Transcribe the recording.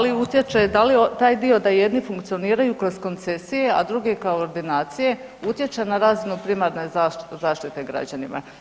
li građani [[Upadica Bašić: Ja se ispričavam, ali nisam vas razumio, ako možete mal sporije.]] Da li utječe, da li taj dio da jedni funkcioniraju kroz koncesije a drugi kao ordinacije, utječe na razinu primarne zaštite građanima?